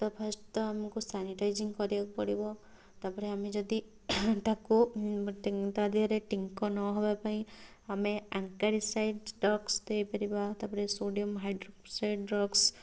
ତ ଫାଷ୍ଟ ତ ଆମକୁ ସାନିଟାଇଜିଙ୍ଗ କରିବାକୁ ପଡ଼ିବ ତାପରେ ଆମେ ଯଦି ତାକୁ ତା' ଦେହରେ ଟିଙ୍କ ନହେବା ପାଇଁ ଆମେ ଆକାରିସାଇଡ଼ସ୍ ଡ୍ରଗ୍ସ ଦେଇପାରିବା ତାପରେ ସୋଡ଼ିୟମ ହାଇଡ୍ରକସାଇଡ଼ ଡ୍ରଗ୍ସ